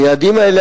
היעדים האלה,